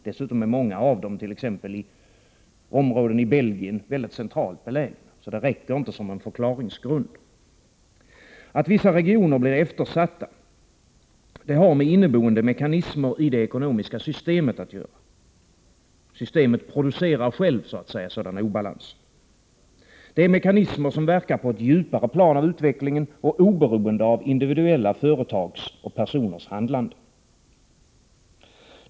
Dessutom är många områden, t.ex. i Belgien, mycket centralt belägna, så det räcker inte som en förklaringsgrund. Att vissa regioner blir eftersatta har med inneboende mekanismer i det ekonomiska systemet att göra. Systemet så att säga producerar självt sådana obalanser. Det är mekanismer som verkar på ett djupare plan av utvecklingen och oberoende av individuella företags och personers handlande.